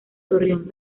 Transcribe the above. torreón